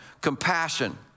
Compassion